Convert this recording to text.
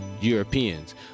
Europeans